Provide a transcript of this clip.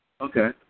Okay